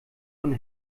von